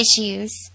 issues